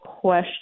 question